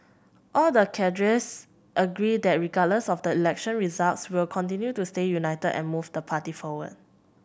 all the cadres agree that regardless of the election results we'll continue to stay united and move the party forward